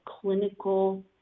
clinical